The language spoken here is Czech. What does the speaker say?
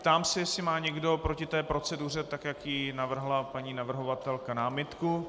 Ptám se, jestli má někdo proti proceduře, tak jak ji navrhla paní navrhovatelka, námitku.